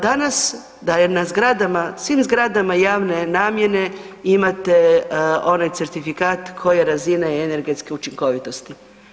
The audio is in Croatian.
Danas, da je na zgradama svim zgradama javne namjene imate onaj certifikat koje je razine i energetske učinkovitosti.